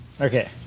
Okay